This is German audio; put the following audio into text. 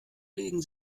legen